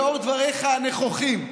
לאור דבריך הנכוחים: